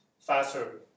faster